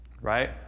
right